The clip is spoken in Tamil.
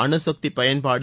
அணுசக்தி பயன்பாடு